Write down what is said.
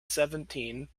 seventeen